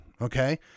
okay